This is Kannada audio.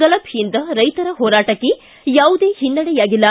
ಗಲಭೆಯಿಂದ ರೈತರ ಹೋರಾಟಕ್ಕೆ ಯಾವುದೇ ಹಿನ್ನಡೆಯಾಗಿಲ್ಲ